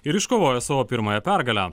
ir iškovojo savo pirmąją pergalę